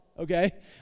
Okay